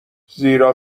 زیرا